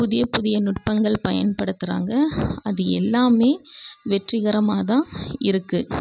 புதிய புதிய நுட்பங்கள் பயன்படுத்துகிறாங்க அது இல்லாமே வெற்றிகரமாக தான் இருக்குது